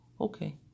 Okay